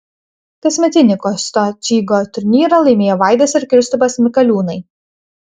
kasmetinį kosto čygo turnyrą laimėjo vaidas ir kristupas mikaliūnai